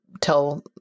tell